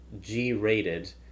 G-rated